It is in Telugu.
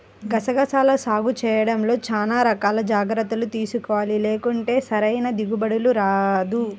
గసగసాల సాగు చేయడంలో చానా రకాల జాగర్తలు తీసుకోవాలి, లేకుంటే సరైన దిగుబడి రాదు